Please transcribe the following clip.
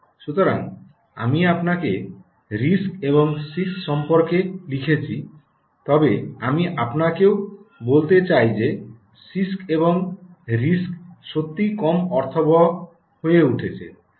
সুতরাং আমি আপনাকে আরআইএসসি এবং সিআইএসসি সম্পর্কে লিখেছি তবে আমি আপনাকেও বলতে চাই যে সিআইএসসি এবং আরআইএসসি সত্যই কম অর্থবহ হয়ে উঠছে